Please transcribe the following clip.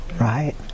right